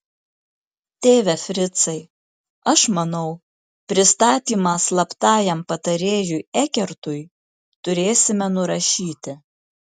tėve fricai aš manau pristatymą slaptajam patarėjui ekertui turėsime nurašyti